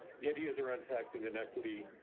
the ideas around taxing and equity.